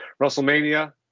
WrestleMania